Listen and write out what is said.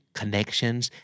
connections